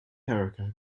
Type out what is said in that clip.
erica